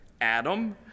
Adam